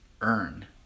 earn